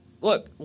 look